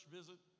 visit